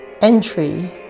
entry